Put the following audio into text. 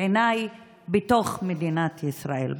בתוך מדינת ישראל,